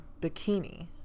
Bikini